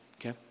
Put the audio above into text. okay